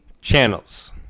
channels